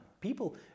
People